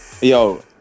yo